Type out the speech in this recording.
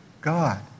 God